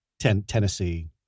Tennessee